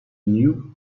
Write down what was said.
knew